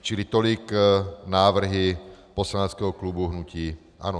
Čili tolik návrhy poslaneckého klubu hnutí ANO.